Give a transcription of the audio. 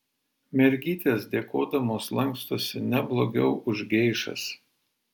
mergytės dėkodamos lankstosi ne blogiau už geišas